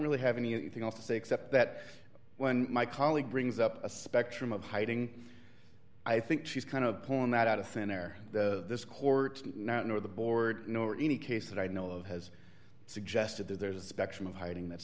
really have anything else to say except that when my colleague brings up a spectrum of hiding i think she's kind of pulling that out of thin air that this court nor the board nor any case that i know of has suggested that there's a spectrum of hiding that